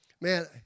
man